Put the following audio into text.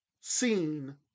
seen